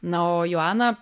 na o joana